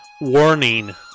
Warning